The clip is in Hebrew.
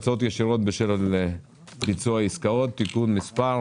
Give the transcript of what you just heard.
(הוצאות ישירות בשל ביצוע עסקאות) (תיקון מס').